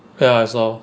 ya as well